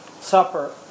supper